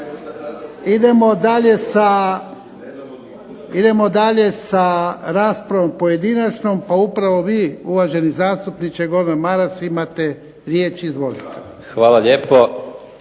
idemo dalje sa raspravom pojedinačnom. Pa upravo vi uvaženi zastupniče Gordan Maras imate riječ. Izvolite. **Maras,